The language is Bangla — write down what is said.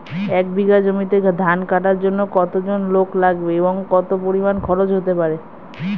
এক বিঘা জমিতে ধান কাটার জন্য কতজন লোক লাগবে এবং কত পরিমান খরচ হতে পারে?